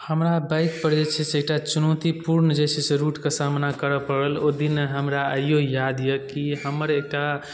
हमरा बाइकपर जे छै से एकटा चुनौतीपूर्ण जे छै से रूटके सामना करै पड़ल ओ दिन हमरा आइयो याद यऽ की हमर एकटा